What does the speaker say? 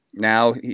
now